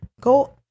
go